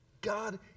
God